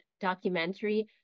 documentary